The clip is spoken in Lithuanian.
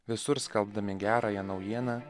visur skelbdami gerąją naujieną